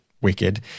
wicked